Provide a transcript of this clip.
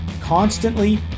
constantly